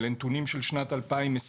אלה נתונים של שנת 2020,